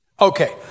Okay